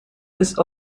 ist